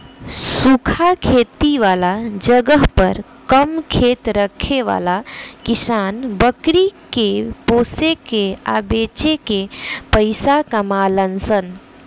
सूखा खेती वाला जगह पर कम खेत रखे वाला किसान बकरी के पोसे के आ बेच के पइसा कमालन सन